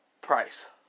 price